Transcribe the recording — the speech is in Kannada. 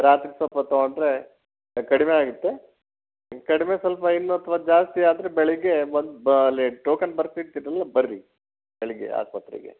ರಾತ್ರಿ ಸ್ವಲ್ಪ ತಗೊಂಡರೆ ಕಡಿಮೆ ಆಗುತ್ತೆ ಕಡಿಮೆ ಸ್ವಲ್ಪ ಇನ್ನು ಅಥವಾ ಜಾಸ್ತಿ ಆದರೆ ಬೆಳಿಗ್ಗೆ ಬಂದು ಅಲ್ಲಿ ಟೋಕನ್ ಬರ್ಸಿರ್ತೀರಲ್ಲ ಬರ್ರಿ ಬೆಳಿಗ್ಗೆ ಆಸ್ಪತ್ರೆಗೆ